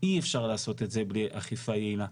אי אפשר לעשות את זה בלי אכיפה יעילה.